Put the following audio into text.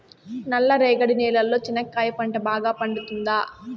నల్ల రేగడి నేలలో చెనక్కాయ పంట బాగా పండుతుందా?